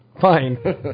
Fine